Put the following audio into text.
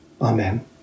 Amen